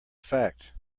fact